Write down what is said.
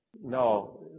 No